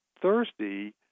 Thursday